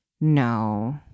No